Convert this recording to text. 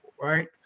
right